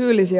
ollaan